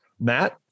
Matt